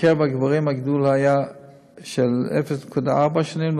בקרב הגברים הגידול היה של 0.4 שנים,